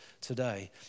today